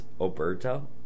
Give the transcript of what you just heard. Alberto